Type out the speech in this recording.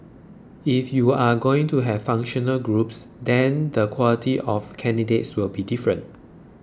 if you're going to have functional groups then the quality of candidates will be different